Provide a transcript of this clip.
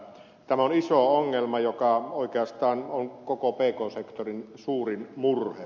tämä on iso ongelma joka oikeastaan on koko pk sektorin suurin murhe